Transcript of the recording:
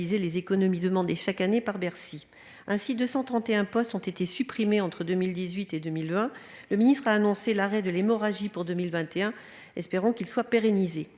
les économies demandées, chaque année, par Bercy. Ainsi, 231 postes ont été supprimés entre 2018 et 2020. Le Gouvernement a annoncé l'arrêt de l'hémorragie pour 2021 ; espérons que cet arrêt se pérennise.